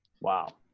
Wow